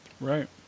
Right